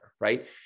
right